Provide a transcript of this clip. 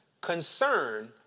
Concern